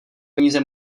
peníze